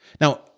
Now